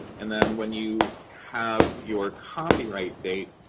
and then when you have your copyright date,